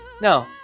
No